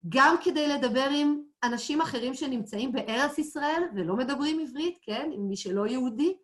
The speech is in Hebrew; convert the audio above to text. גם כדי לדבר עם אנשים אחרים שנמצאים בארץ ישראל ולא מדברים עברית, כן, עם מי שלא יהודי.